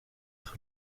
être